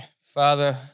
Father